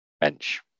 bench